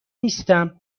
نیستم